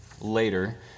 later